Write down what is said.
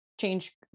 change